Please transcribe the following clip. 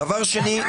דבר שני,